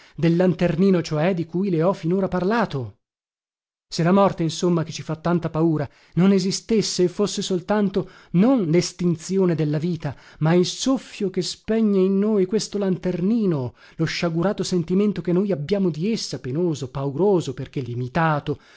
del lanternino cioè di cui le ho finora parlato se la morte insomma che ci fa tanta paura non esistesse e fosse soltanto non lestinzione della vita ma il soffio che spegne in noi questo lanternino lo sciagurato sentimento che noi abbiamo di essa penoso pauroso perché limitato